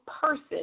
person